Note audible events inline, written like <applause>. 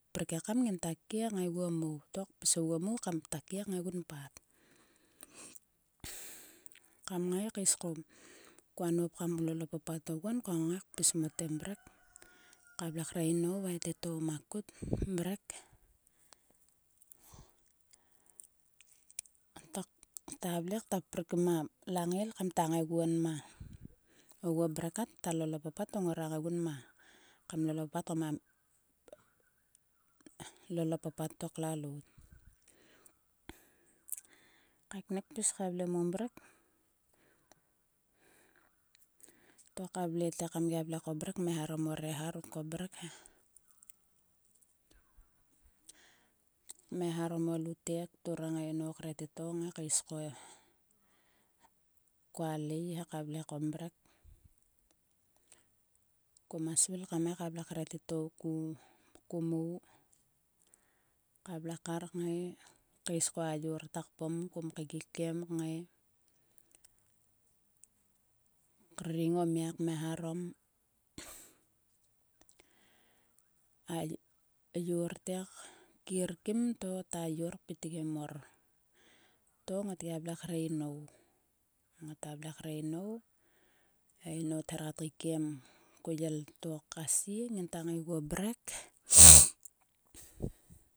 Prik ekam nginta kie ngaiguo mou. To pis oguo mou kamta kie ngaigun pat. Kam ngai kais ko koa nop kam lol o papat oguon koa ngai kpis mote mrek. Ka vle kre inou va e titou makut mrek. Takta vle kta prik ma langail kam kta ngaiguon ma lol o papat ma lol o papat to klalout. Kaiknik kpis ka vle mo mrek. To ka vle te kam gia kaeharom o reha ruk ko mrek he. Kmeharom o lutek. Turang e inou kre titou ngai kais ko. Koa lei he ngai ka vle kom mrek. Koma mrek. koma svil kam ngai ka vle kre titou ku mou. Ka vle kar ngai kais ko a yor ta kpom. Kom keikkikiem kngai. Kriring o ma kmeharom. a yor te kir kim to ta yor pitgim mor. to ngot gia vle kre inou. Ngota vle kre inou. E inou ther kat keikiemko yel to ka sie nginta ngai guo mrek. <hesitation>